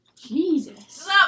Jesus